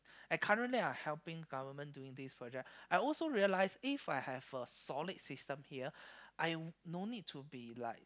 I currently I helping government doing this project I also realize If I have a solid system here I no need to be like